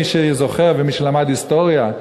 מי שזוכר ומי שלמד היסטוריה,